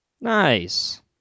Nice